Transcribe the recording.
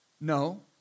No